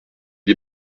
est